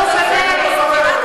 באמת,